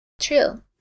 True